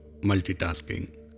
multitasking